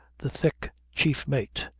the thick chief mate,